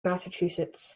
massachusetts